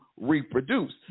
reproduce